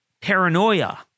paranoia